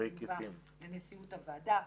כי זה מובא לנשיאות הוועדה,